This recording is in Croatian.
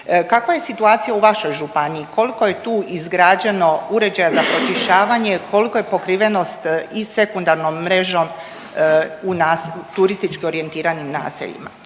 Kakva je situacija u vašoj županiji, koliko je tu izgrađeno uređaja za pročišćavanje i koliko je pokrivenost i sekundarnom mrežom u nas…, u turistički orijentiranim naseljima?